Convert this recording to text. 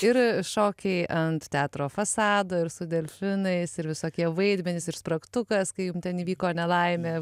ir šokiai ant teatro fasado ir su delfinais ir visokie vaidmenys ir spragtukas kai jum ten įvyko nelaimė